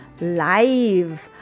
live